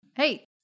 Hey